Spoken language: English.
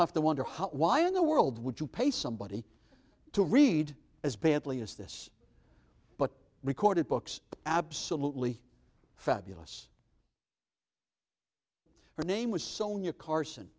have to wonder why in the world would you pay somebody to read as panteley as this but recorded books absolutely fabulous her name was sonia carson